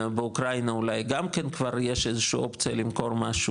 באוקראינה אולי גם כן יש איזושהי אופציה למכור משהו